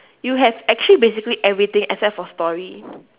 you have actually basically everything except for story